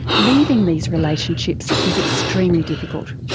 leaving these relationships is extremely difficult.